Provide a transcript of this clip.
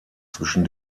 zwischen